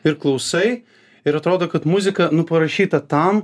ir klausai ir atrodo kad muzika nu parašyta tam